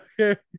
Okay